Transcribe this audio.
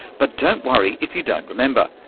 but don't worry if you don't remember,